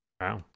wow